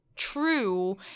True